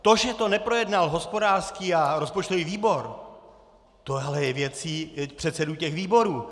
To, že to neprojednal hospodářský a rozpočtový výbor, to je ale věcí předsedů těch výborů!